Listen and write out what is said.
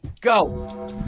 Go